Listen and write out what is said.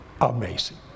amazing